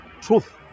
truth